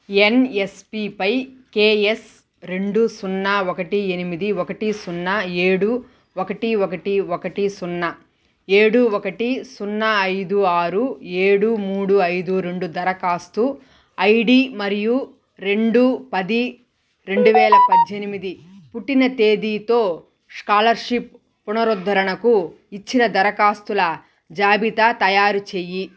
ఎన్ఎస్పిపై కెఎస్ రెండు సున్నా ఒకటి ఎనిమిది ఒకటి సున్నా ఏడు ఒకటి ఒకటి ఒకటి సున్నా ఏడు ఒకటి సున్నా ఐదు ఆరు ఏడు మూడు ఐదు రెండు దరఖాస్తు ఐడీ మరియు రెండు పది రెండు వేల పద్దెనిమిది పుట్టిన తేదీతో స్కాలర్షిప్ పునరుద్ధరణకు ఇచ్చిన దరఖాస్తుల జాబిత తయారు చెయ్యి